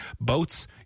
boats